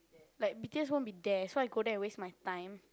like b_t_s won't be there so I go there to waste my time